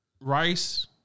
Rice